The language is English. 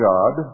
God